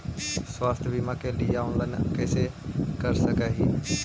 स्वास्थ्य बीमा के लिए ऑनलाइन कैसे कर सकली ही?